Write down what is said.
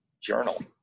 journal